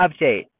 update